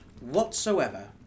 whatsoever